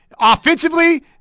Offensively